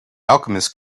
alchemist